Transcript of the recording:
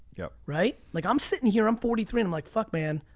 yup. right? like, i'm sitting here, i'm forty three, and like, fuck, man,